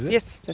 yes,